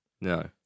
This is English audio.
No